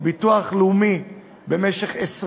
לא כל